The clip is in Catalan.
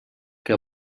que